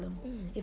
mm